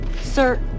Sir